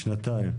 לשנתיים.